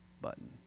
button